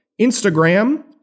Instagram